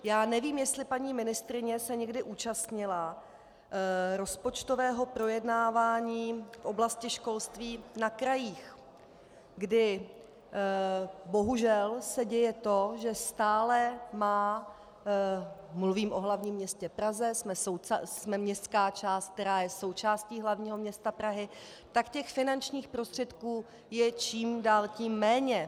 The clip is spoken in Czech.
Já nevím, jestli se paní ministryně někdy účastnila rozpočtového projednávání v oblasti školství na krajích, kdy se bohužel děje to, že stále má mluvím o hlavním městě Praze, jsme městská část, která je součástí hlavního města Prahy tak těch finančních prostředků je čím dál tím méně.